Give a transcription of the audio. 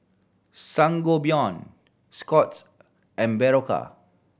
Sangobion Scott's and Berocca